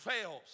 fails